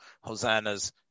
hosannas